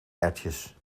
erwtjes